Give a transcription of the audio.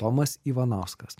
tomas ivanauskas